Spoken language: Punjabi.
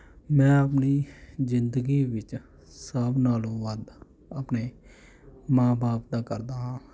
ਮੈਂ ਆਪਣੀ ਜ਼ਿੰਦਗੀ ਵਿੱਚ ਸਭ ਨਾਲੋਂ ਵੱਧ ਆਪਣੇ ਮਾਂ ਬਾਪ ਦਾ ਕਰਦਾ ਹਾਂ